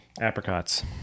Apricots